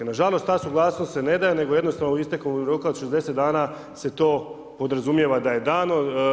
Nažalost, ta suglasnost se ne daje, nego jednostavno istekom roka od 60 dana se to podrazumijeva da je dano.